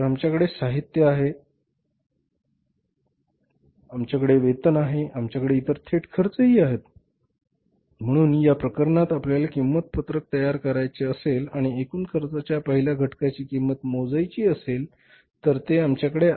तर आमच्याकडे साहित्य आहे आमच्याकडे वेतन आहे आणि आमच्याकडे इतर थेट खर्चही आहेत म्हणून या प्रकरणात आपल्याला किंमत पत्रक तयार करायचे असेल आणि एकूण खर्चाच्या पहिल्या घटकाची किंमत मोजावी लागेल जे आमच्याकडे आहे